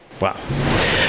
Wow